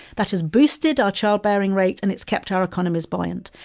that has boosted our childbearing rate, and it's kept our economies buoyant.